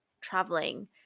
traveling